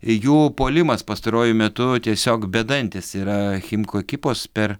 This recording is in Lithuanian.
jų puolimas pastaruoju metu tiesiog bedantis yra chimkų ekipos per